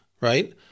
right